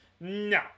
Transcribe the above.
no